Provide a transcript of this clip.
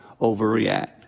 overreact